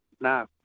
no